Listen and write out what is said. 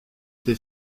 été